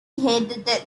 hate